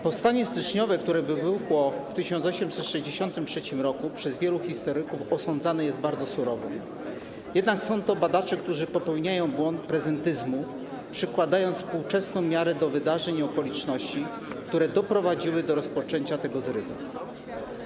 Powstanie styczniowe, które wybuchło w 1863 r., przez wielu historyków osądzane jest bardzo surowo, jednak są to badacze, którzy popełniają błąd prezentyzmu, przykładając współczesną miarę do wydarzeń i okoliczności, które doprowadziły do rozpoczęcia tego zrywu.